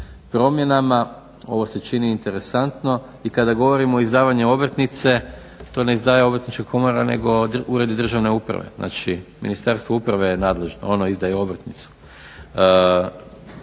promjenama. Ovo se čini interesantno. I kada govorimo o izdavanju obrtnice to ne izdaje Obrtnička komora nego ured državne uprave znači Ministarstvo uprave je nadležno ono izdaje obrtnicu